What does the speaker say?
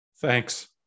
thanks